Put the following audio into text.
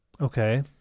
Okay